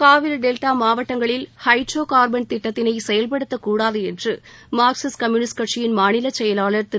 Kaveri delta மாவட்டங்களில் hydro carbon திட்டத்தினை செயல்படுத்தக் கூடாது என்று மார்க்சிஸ்ட் கம்யூனிஸ்ட் கட்சியின் மாநிலச் செயலாளர் திரு